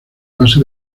base